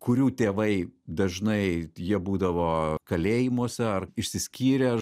kurių tėvai dažnai jie būdavo kalėjimuose ar išsiskyrę